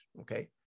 okay